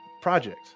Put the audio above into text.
project